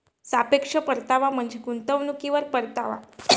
सापेक्ष परतावा म्हणजे गुंतवणुकीवर परतावा